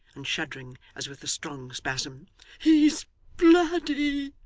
and shuddering as with a strong spasm he's bloody